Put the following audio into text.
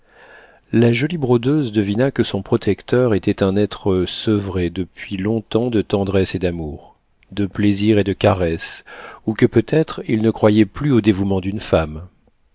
la jolie brodeuse devina que son protecteur était un être sevré depuis long-temps de tendresse et d'amour de plaisir et de caresses ou que peut-être il ne croyait plus au dévouement d'une femme